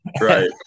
Right